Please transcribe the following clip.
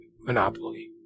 Monopoly